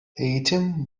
eğitim